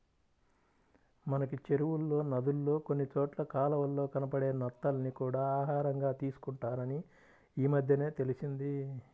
మనకి చెరువుల్లో, నదుల్లో కొన్ని చోట్ల కాలవల్లో కనబడే నత్తల్ని కూడా ఆహారంగా తీసుకుంటారని ఈమద్దెనే తెలిసింది